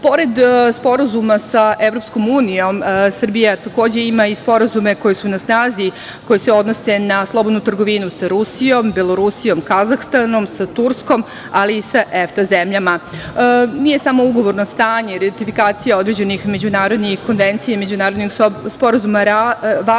EU.Pored sporazuma sa EU, Srbija takođe ima i sporazume koji su na snazi koji se odnose na slobodnu trgovinu sa Rusijom, Belorusijom, Kazahstanom, Turskom, ali i sa EFTA zemljama. Nije samo ugovorno stanje i ratifikacija određenih međunarodnih konvencija i međunarodnih sporazuma važno